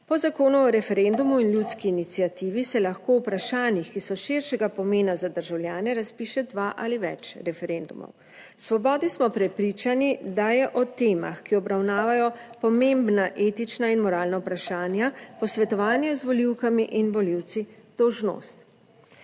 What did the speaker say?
Po zakonu o referendumu in ljudski iniciativi se lahko o vprašanjih, ki so širšega pomena za državljane, razpiše dva ali več referendumov. V Svobodni smo prepričani, da je o temah, ki obravnavajo pomembna etična in moralna vprašanja, posvetovanje z volivkami in volivci dolžnost.